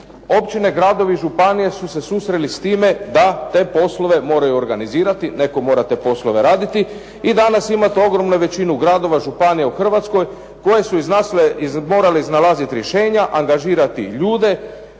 Općine, gradovi i županije su se susreli s time da te poslove moraju organizirati, netko mora te poslove raditi. I danas imate ogromnu većinu gradova i županija u Hrvatskoj koje su morale iznalaziti rješenja, angažirati ljude,